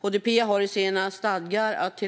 HDP har i sina stadgar att